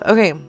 Okay